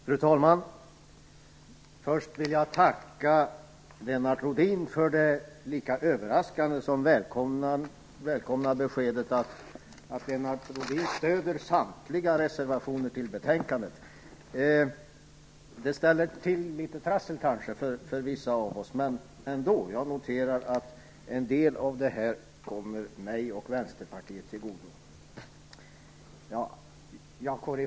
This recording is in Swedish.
Fru talman! Först vill jag tacka Lennart Rohdin för det lika överraskande som välkomna beskedet att Lennart Rohdin stöder samtliga reservationer till betänkandet. Det ställer kanske till litet trassel för vissa av oss, men jag noterar ändå att en del av det här kommer mig och Vänsterpartiet till godo.